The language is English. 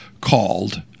called –